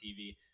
TV